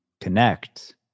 connect